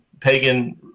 Pagan